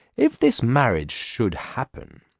if this marriage should happen,